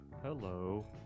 Hello